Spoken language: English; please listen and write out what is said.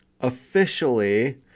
Officially